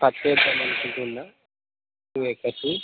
పత్తి వేద్దాం అనుకుంటున్నా టూ ఎకర్సు